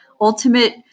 ultimate